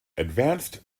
advanced